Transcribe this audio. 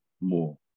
more